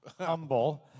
Humble